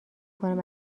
کنم